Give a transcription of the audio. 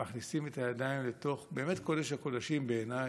מכניסים את היד לקודש-הקודשים בעיניי,